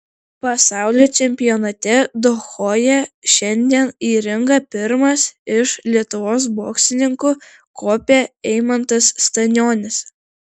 pasaulio čempionate dohoje šiandien į ringą pirmas iš lietuvos boksininkų kopė eimantas stanionis